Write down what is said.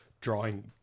drawing